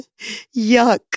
Yuck